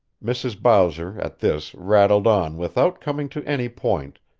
mrs. bowser at this rattled on without coming to any point,